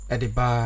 Ediba